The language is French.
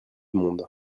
monde